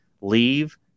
leave